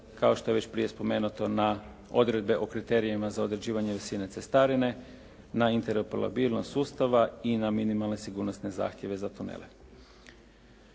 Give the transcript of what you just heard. kao što je već prije spomenuto na odredbe o kriterijima za određivanja visine cestarine na interoperabilnost sustava i na minimalne sigurnosne zahtjeve za tunele.